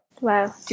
Wow